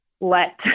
let